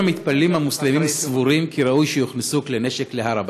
האם המתפללים המוסלמים סבורים כי ראוי שיוכנסו כלי נשק להר הבית?